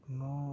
no